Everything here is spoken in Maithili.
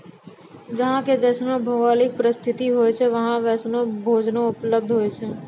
जहां के जैसनो भौगोलिक परिस्थिति होय छै वहां वैसनो भोजनो उपलब्ध होय छै